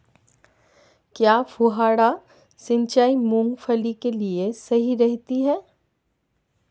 क्या फुहारा सिंचाई मूंगफली के लिए सही रहती है?